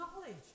knowledge